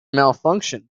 malfunction